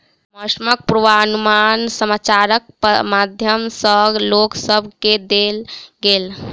मौसमक पूर्वानुमान समाचारक माध्यम सॅ लोक सभ केँ देल गेल